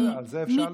בסדר, על זה אפשר לדבר.